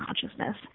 consciousness